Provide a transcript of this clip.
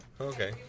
Okay